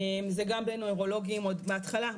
זה גם בנוירולוגים עוד בהתחלה,